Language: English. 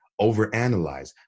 overanalyze